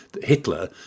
Hitler